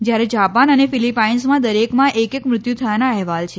જ્યારે જાપાન અને ફિલિપાઈન્સમાં દરેકમાં એક એક મૃત્યુ થયાના અહેવાલ છે